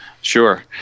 Sure